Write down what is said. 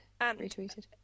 retweeted